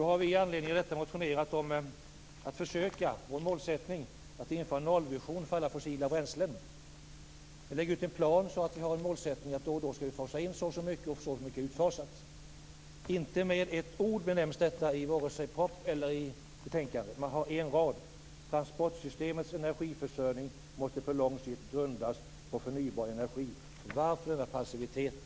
Vi har med anledning av detta motionsvägen framhållit att det är vår målsättning att införa en nollvision för alla fossila bränslen. Vi lägger ut en plan för att vid vissa tidpunkter ha fasat in respektive fasat ut vissa mängder. Inte med ett ord nämns detta vare sig i propositionen eller i betänkandet. Man skriver på en rad att transportsystemets energiförsörjning på lång sikt måste grundas på förnybar energi. Varför denna passivitet?